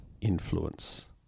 influence